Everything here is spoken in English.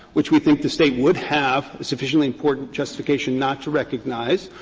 which we think the state would have sufficiently important justification not to recognize,